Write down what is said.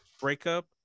breakup